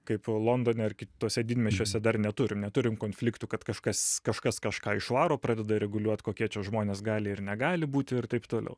kaip londone ar kituose didmiesčiuose dar neturim neturim konfliktų kad kažkas kažkas kažką išvaro pradeda reguliuot kokie čia žmonės gali ir negali būti ir taip toliau